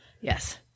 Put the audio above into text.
Yes